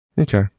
Okay